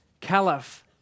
caliph